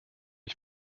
ich